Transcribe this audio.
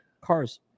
Cars